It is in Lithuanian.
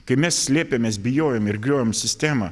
kai mes slėpėmės bijojom ir griovėm sistemą